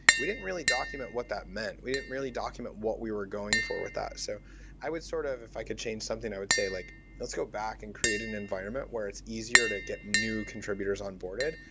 we didn't really document what that meant. we didn't really document what we were going for with that. so i would sort of, if i could change something, i would say, like let's go back and create an environment where it's easier to get new contributors on boarded,